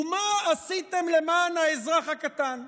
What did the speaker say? מה עשיתם למען האזרח הקטן?